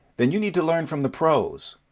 then you need to learn from the pros.